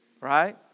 Right